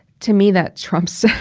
to me, that trumps